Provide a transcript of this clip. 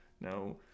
No